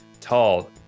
tall